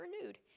renewed